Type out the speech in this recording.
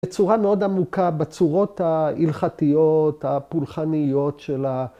‫בצורה מאוד עמוקה, בצורות ‫ההלכתיות, הפולחניות של ה...